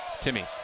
Timmy